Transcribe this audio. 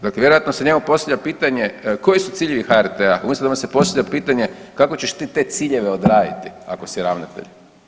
Dakle, vjerojatno se njemu postavlja pitanje koji su ciljevi HRT-a umjesto da mu se postavlja pitanje kako ćeš ti te ciljeve odraditi ako si ravnatelj.